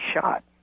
shot